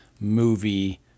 movie